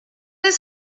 his